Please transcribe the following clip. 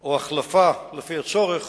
או החלפה לפי הצורך